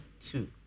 two